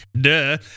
Duh